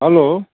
hello